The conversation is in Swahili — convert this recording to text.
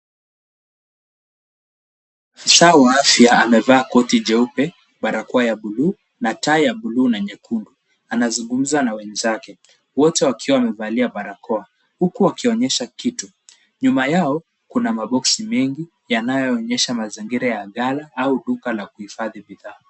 Afisa wa afya amevaa koti jeupe, barakoa ya bluu na tai ya bluu na nyekundu anazungumza na wenzake wote wakiwa wamevalia barakoa huku wakionyesha kitu. Nyuma yao kuna maboksi mengi yanayoonyesha mazingira ya ghala au duka la kuhifadhi bidhaa.